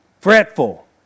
Fretful